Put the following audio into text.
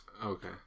Okay